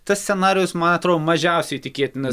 tas scenarijus ma atro mažiausiai tikėtinas